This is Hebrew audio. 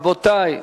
רבותי,